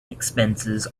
expenses